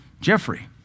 Jeffrey